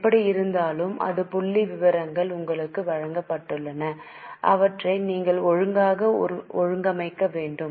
எப்படியிருந்தாலும் இப்போது புள்ளிவிவரங்கள் உங்களுக்கு வழங்கப்பட்டுள்ளன அவற்றை நீங்கள் ஒழுங்காக ஒழுங்கமைக்க வேண்டும்